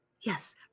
yes